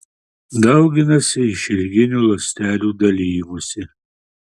dauginasi išilginiu ląstelių dalijimusi